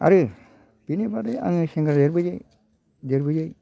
आरो बेनि बादै आङो सेंग्रा देरबोयै देरबोयै